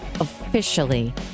officially